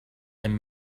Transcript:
and